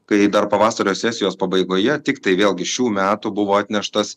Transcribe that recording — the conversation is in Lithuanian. kai dar pavasario sesijos pabaigoje tiktai vėlgi šių metų buvo atneštas